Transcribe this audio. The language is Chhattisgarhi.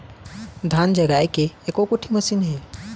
धान जगाए के एको कोठी मशीन हे?